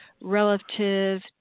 relative